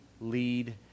lead